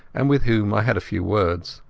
and with whom i had a few words.